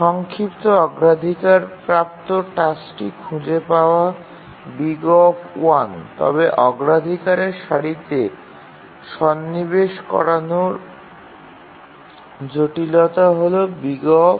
সংক্ষিপ্ত অগ্রাধিকার প্রাপ্ত টাস্কটি খুঁজে পাওয়া O তবে অগ্রাধিকারের সারিতে সন্নিবেশ করানোর জটিলতা হল O